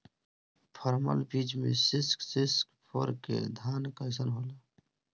परमल बीज मे सिक्स सिक्स फोर के धान कईसन होला?